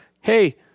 hey